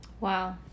Wow